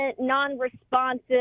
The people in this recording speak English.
non-responsive